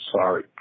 sorry